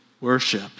worship